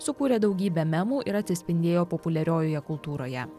sukūrė daugybę memų ir atsispindėjo populiariojoje kultūroje